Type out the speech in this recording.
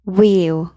Wheel